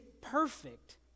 perfect